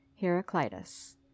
Heraclitus